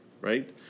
right